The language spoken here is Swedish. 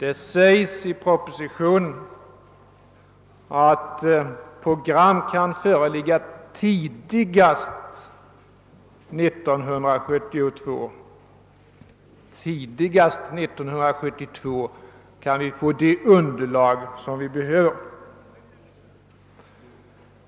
I propositionen sägs det nämligen att program kan föreligga tidigast 1972. Inte förrän tidigast då kan vi alltså få det underlag vi behöver.